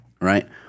Right